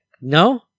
No